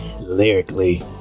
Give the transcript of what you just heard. lyrically